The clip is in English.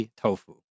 tofu